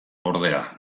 ordea